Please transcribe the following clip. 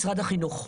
משרד החינוך.